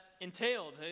entailed